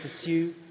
pursue